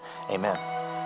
amen